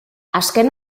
azken